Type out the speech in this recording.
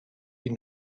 wie